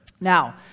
Now